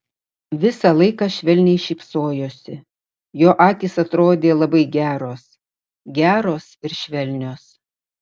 visą laiką švelniai šypsojosi jo akys atrodė labai geros geros ir švelnios